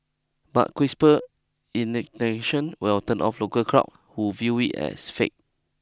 but crisper will turn off local crowds who view it as fake